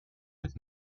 mit